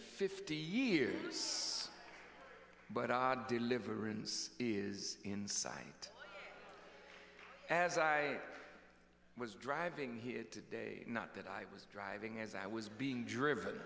fifty years but i deliverance is in sight as i was driving here today not that i was driving as i was being driven